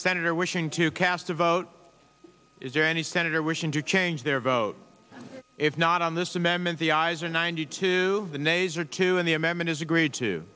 senator wishing to cast a vote is there any senator wishing to change their vote if not on this amendment the i's are ninety two the nays are two and the amendment is agreed to